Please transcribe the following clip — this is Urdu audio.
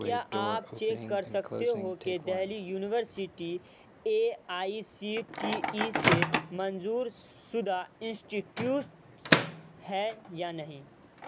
کیا آپ چیک کر سکتے ہو کہ Delhi university A I C T E سے منظور شدہ انسٹیٹیوٹس ہے یا نہیں